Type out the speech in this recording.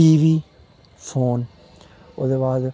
T V phone ओह्दे बाद